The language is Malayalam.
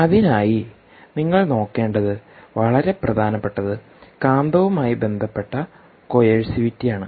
അതിനായി നിങ്ങൾ നോക്കേണ്ടത് വളരെ പ്രധാനപ്പെട്ടത് കാന്തവുമായി ബന്ധപ്പെട്ട കോയേഴ്സിവിറ്റിയാണ്